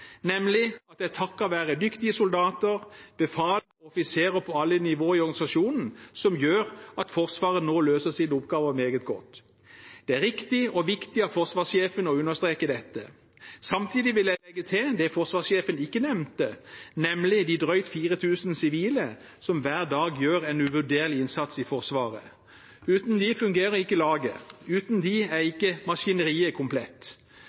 nemlig at det er takket være dyktige soldater, befal og offiserer på alle nivåer i organisasjonen at Forsvaret nå løser sine oppgaver meget godt. Det er riktig og viktig av forsvarssjefen å understreke dette. Samtidig vil jeg legge til det forsvarssjefen ikke nevnte, nemlig de drøyt 4 000 sivile som hver dag gjør en uvurderlig innsats i Forsvaret. Uten dem fungerer ikke laget. Uten dem er ikke maskineriet komplett.